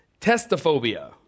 Testophobia